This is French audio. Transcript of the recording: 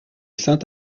saint